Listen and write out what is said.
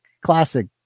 classic